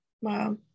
Wow